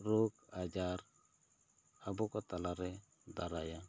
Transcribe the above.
ᱨᱳᱜᱽ ᱟᱡᱟᱨ ᱟᱵᱚ ᱠᱚ ᱛᱟᱞᱟ ᱨᱮ ᱫᱟᱨᱟᱭᱟ